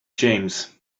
james